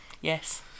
yes